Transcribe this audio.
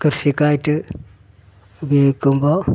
കൃഷിക്കായിട്ട് ഉപയോഗിക്കുമ്പോൾ